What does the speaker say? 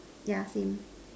yeah same